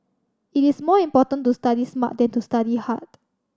it is more important to study smart than to study hard